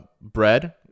bread